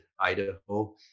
idaho